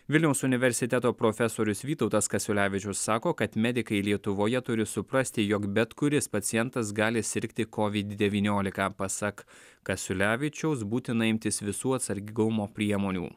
vilniaus universiteto profesorius vytautas kasiulevičius sako kad medikai lietuvoje turi suprasti jog bet kuris pacientas gali sirgti kovid devyniolika pasak kasiulevičiaus būtina imtis visų atsargumo priemonių